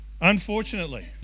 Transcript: Unfortunately